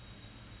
cannot